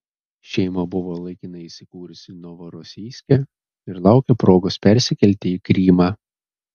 šeima buvo laikinai įsikūrusi novorosijske ir laukė progos persikelti į krymą